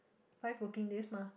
five working days mah